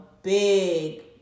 big